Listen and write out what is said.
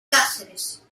cáceres